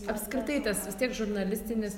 apskritai tas vis tiek žurnalistinis